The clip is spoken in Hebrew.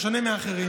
בשונה מהאחרים,